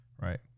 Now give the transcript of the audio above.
right